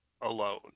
alone